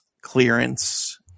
clearance